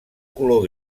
color